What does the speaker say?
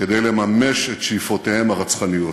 כדי לממש את שאיפותיהם הרצחניות.